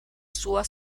sua